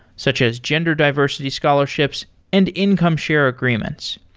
such as gender diversity scholarships and income share agreements.